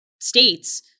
states